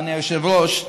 אדוני היושב-ראש,